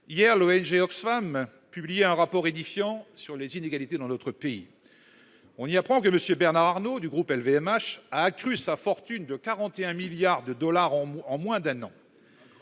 Hier, l'ONG Oxfam publiait un rapport édifiant sur les inégalités dans notre pays. On y apprend que M. Bernard Arnault, du groupe LVMH, a accru sa fortune de 41 milliards de dollars en moins d'un an.